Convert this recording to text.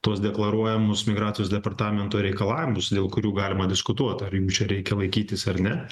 tuos deklaruojamus migracijos departamento reikalavimus dėl kurių galima diskutuot ar jų čia reikia laikytis ar ne